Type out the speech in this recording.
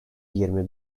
yirmi